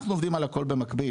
אנחנו עובדים על הכול במקביל,